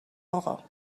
آقا